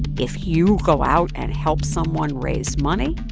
if you go out and help someone raise money,